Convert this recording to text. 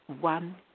one